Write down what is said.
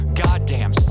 goddamn